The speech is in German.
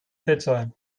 fettsäuren